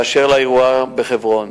באשר לאירוע בחברון,